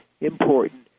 important